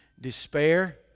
despair